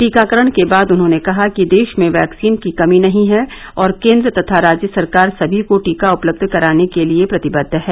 टीकाकरण के बाद उन्होंने कहा कि देश में वैक्सीन की कमी नहीं है और केंद्र तथा राज्य सरकार सभी को टीका उपलब्ध कराने के लिए प्रतिबद्द हैं